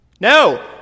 No